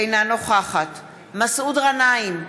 אינה נוכחת מסעוד גנאים,